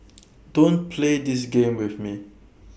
don't play this game with me